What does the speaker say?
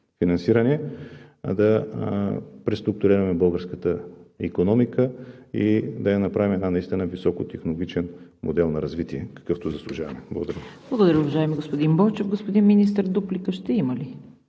финансиране, да преструктурираме българската икономика и да я направим наистина високотехнологичен модел на развитие, какъвто заслужаваме. Благодаря. ПРЕДСЕДАТЕЛ ЦВЕТА КАРАЯНЧЕВА: Благодаря, уважаеми господин Бойчев. Господин Министър, дуплика ще има ли?